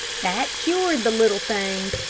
that cured the little thing,